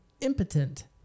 impotent